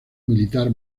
militar